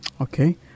Okay